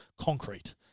concrete